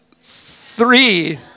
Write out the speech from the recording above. Three